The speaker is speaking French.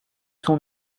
sont